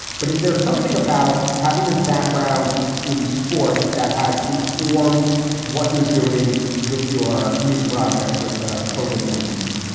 but is there something about having this background in sports that has informed what you're doing with your new project with ah cauvin nineteen?